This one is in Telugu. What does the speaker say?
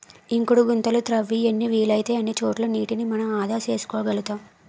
ఇంకుడు గుంతలు తవ్వి ఎన్ని వీలైతే అన్ని చోట్ల నీటిని మనం ఆదా చేసుకోగలుతాం